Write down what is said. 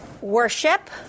worship